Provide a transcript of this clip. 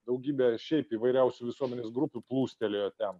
daugybė šiaip įvairiausių visuomenės grupių plūstelėjo ten